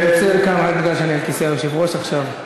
אני עוצר כאן רק מפני שאני על כיסא היושב-ראש עכשיו.